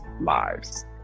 lives